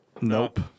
Nope